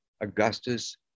Augustus